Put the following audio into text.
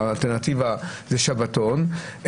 האלטרנטיבה היא שבתון,